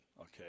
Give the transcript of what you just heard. okay